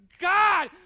God